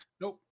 Nope